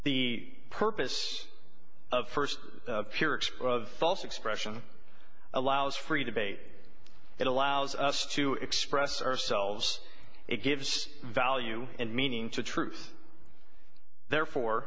the purpose of first fear exposure of false expression allows free to bait it allows us to express ourselves it gives value and meaning to truth therefore